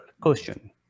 question